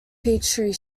peachtree